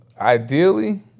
Ideally